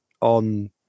on